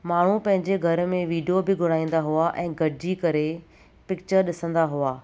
माण्हू पंहिंजे घर में विडियो बि घुराईंदा हुआ ऐं गॾिजी करे पिकिचरु ॾिसंदा हुआ